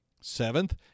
Seventh